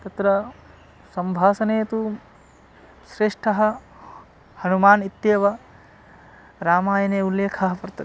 तत्र सम्भाषणे तु श्रेष्ठः हनूमान् इत्येव रामायणे उल्लेखः वर्तते